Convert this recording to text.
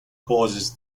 causes